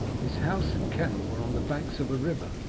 his house and kennel were on the banks of a river,